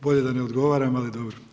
Bolje da ne odgovaram, ali dobro.